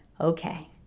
Okay